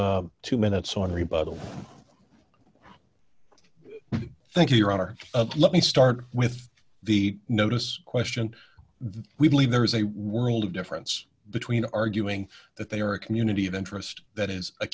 two minutes on rebuttal thank you your honor let me start with the notice question the we believe there is a world of difference between arguing that they are a community of interest that is